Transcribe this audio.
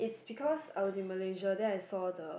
because I was in Malaysia then I saw the